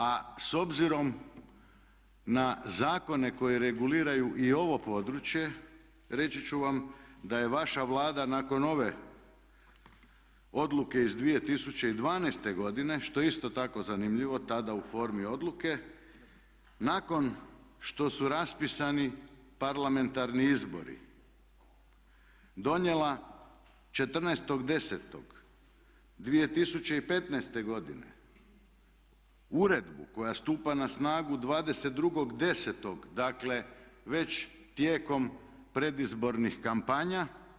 A s obzirom na zakone koji reguliraju i ovo područje reći ću vam da je vaša Vlada nakon ove odluke iz 2012.godine što je isto tako zanimljivo tada u formi odluke nakon što su raspisani parlamentarni izbori donijela 14.10.2015.uredbu koja stupa na snagu 22.10. dakle već tijekom predizbornih kampanja.